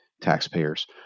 taxpayers